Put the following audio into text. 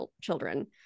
children